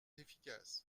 efficace